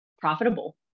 profitable